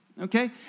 okay